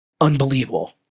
unbelievable